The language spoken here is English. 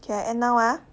okay I end now ah